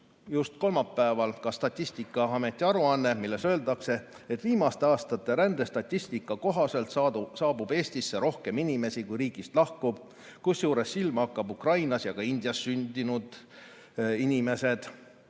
ilmus kolmapäeval Statistikaameti aruanne, milles öeldakse, et viimaste aastate rändestatistika kohaselt saabub Eestisse inimesi rohkem, kui riigist lahkub, kusjuures silma hakkavad Ukrainas ja ka Indias sündinud inimesed.